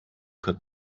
hat